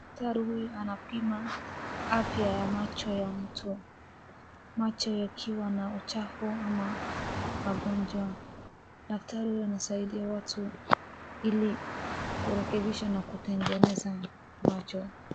Daktari huyu anapima afya ya macho ya mtu. Macho yakiwa na uchafu ama magonjwa. Daktari huyu anasaidia watu ili kurekebisha na kutengeneza macho.